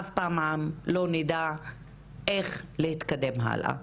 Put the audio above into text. אף פעם לא נדע איך להתקדם הלאה.